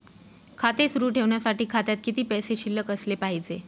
खाते सुरु ठेवण्यासाठी खात्यात किती पैसे शिल्लक असले पाहिजे?